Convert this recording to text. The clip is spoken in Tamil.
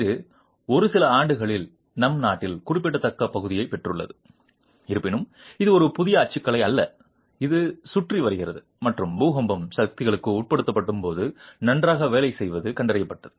இது கடந்த சில ஆண்டுகளில் நம் நாட்டில் குறிப்பிடத்தக்க பகுதியைப் பெற்றுள்ளது இருப்பினும் இது ஒரு புதிய அச்சுக்கலை அல்ல இது சுற்றி வருகிறது மற்றும் பூகம்ப சக்திகளுக்கு உட்படுத்தப்படும்போது நன்றாக வேலை செய்வது கண்டறியப்பட்டது